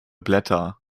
blätter